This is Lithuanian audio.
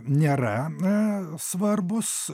nėra svarbūs